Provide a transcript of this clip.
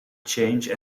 change